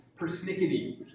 persnickety